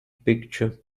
picture